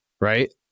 right